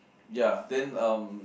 ya then um